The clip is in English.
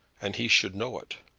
and he should know it.